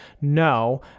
No